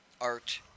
art